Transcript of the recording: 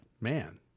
man